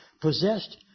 possessed